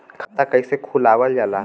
खाता कइसे खुलावल जाला?